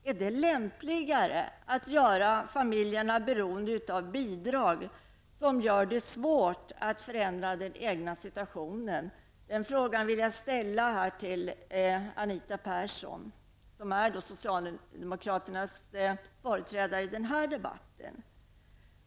Är det lämpligare att göra familjerna beroende av bidrag, som gör det svårt att förändra den egna ekonomiska situationen? Den frågan vill jag ställa till Anita Persson, som är socialdemokraternas företrädare i den här debatten.